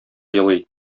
елый